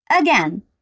Again